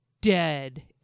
dead